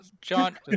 John